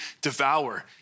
devour